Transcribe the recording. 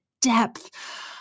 depth